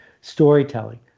storytelling